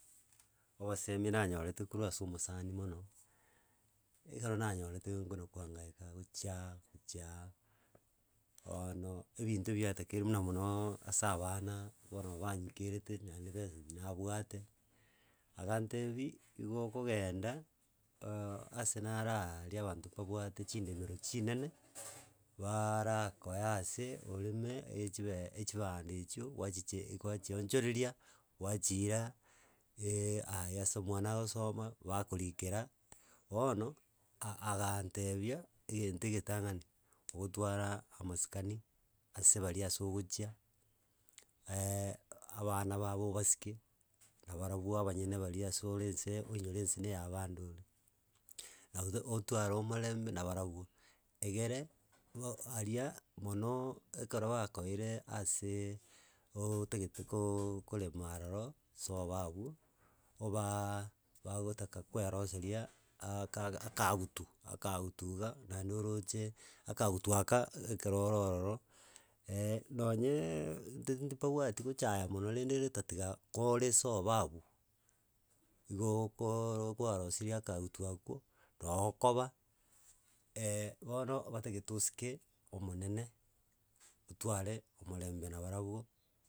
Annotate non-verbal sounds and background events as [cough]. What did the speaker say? obosemi nanyorete korwa ase omosani mono, ekero nanyorete ngona goangaika gochiaa gochiaa bono ebinto ebia takeirwe muna monooo ase abanaaa bono banyikerete naende besa tinabwate, agantebia igo okogenda, [hesitation] ase naro aaria abanto mbabwate chindemero chinene baraaakoe ase oreme echibe echibando echio gwachiche gwachiochoreria gwachiira [hesitation] aywo ase omwana agosoma, bakorikera bono agantebia egento egetang'ani ogotwara amasikani ase bare ase ogochia [hesitation] abana babo obasike nabarabwo abanyene baria ase ore nse oinyore ense na eya abande ore. Nabuta otware omorembe nabarabwo egere, aria monoo ekero bakoire aseee ooootagete kooooo korema aroro sobo abwo, obaaaaa bagotaka koeroseria aka akaagutu akaagutu iga, naende oroche akagutu aka eg ekero ororo [hesitation] nonyeeeee ntiti babwati gochaya mono rende ere tatiga kore sobo abwo, igo okooooro kwarosirie akagutu akwo, noo okoba [hesitation] bono batagete osike omonene otware omorembe na barabwo.